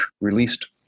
released